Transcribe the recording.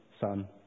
son